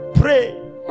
Pray